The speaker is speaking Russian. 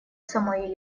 самой